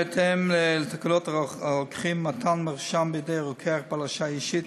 בהתאם לתקנות הרוקחים (מתן מרשם בידי רוקח בעל הרשאה אישית),